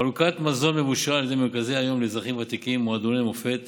חלוקת מנות מזון מבושל על ידי מרכזי היום לאזרחים ותיקים ומועדוני מופ"ת